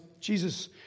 Jesus